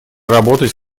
работать